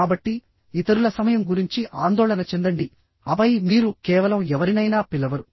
కాబట్టి ఇతరుల సమయం గురించి ఆందోళన చెందండి ఆపై మీరు కేవలం ఎవరినైనా పిలవరు